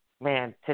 man